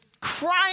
crying